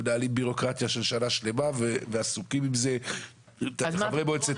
מנהלים בירוקרטיה של שנה שלמה וחברי מועצת